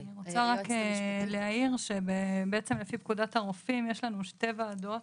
אני רוצה רק להעיר שבעצם לפי פקודת הרופאים יש לנו שתי ועדות.